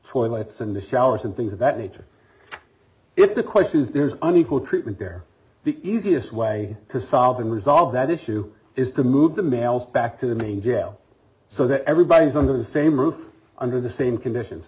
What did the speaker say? lights and the showers and things of that nature if the question is there is an equal treatment there the easiest way to solve and resolve that issue is to move the males back to the main jail so that everybody is on the same roof under the same conditions